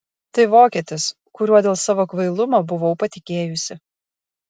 tai vokietis kuriuo dėl savo kvailumo buvau patikėjusi